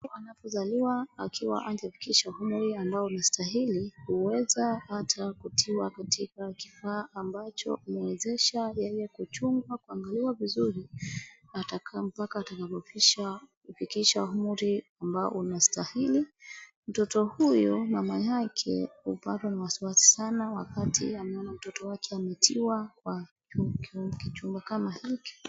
Mtoto anapozaliwa akiwa hajafikisha umri ambao unastahili huweza hata kutiwa katika kifaa ambacho humwezesha yeye kuchungwa na kuangaliwa vizuri atakaa mpaka atakapofikisha umri ambao unastahili. Mtoto huyo mama yake hupatwa na wasiwasi sana wakati ameona mtoto wake ametiwa kwa kichumba kama hiki.